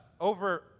over